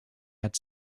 had